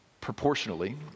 Proportionally